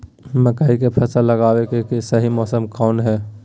मकई के फसल लगावे के सही मौसम कौन हाय?